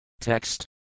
Text